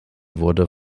wurde